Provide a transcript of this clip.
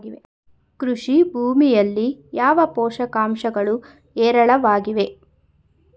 ಕೃಷಿ ಭೂಮಿಯಲ್ಲಿ ಯಾವ ಪೋಷಕಾಂಶಗಳು ಹೇರಳವಾಗಿವೆ?